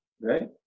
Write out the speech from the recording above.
right